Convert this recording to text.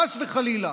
חס וחלילה.